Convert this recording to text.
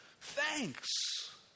thanks